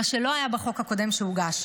מה שלא היה בחוק הקודם שהוגש,